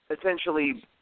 essentially